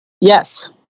Yes